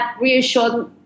reassured